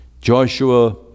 Joshua